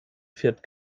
fährt